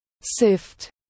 SIFT